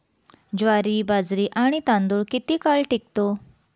ज्वारी, बाजरी आणि तांदूळ किती काळ टिकतो?